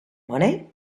money